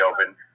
open